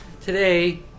today